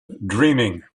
dreaming